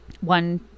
one